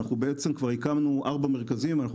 כבר הקמנו ארבעה מרכזים.